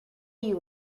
you